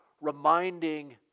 reminding